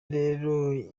rero